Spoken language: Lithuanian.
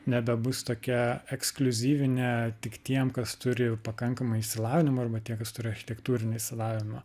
nebebus tokia ekskliuzyvinė tik tiem kas turi pakankamai išsilavinimo arba tie kas turi architektūrinį išsilavinimą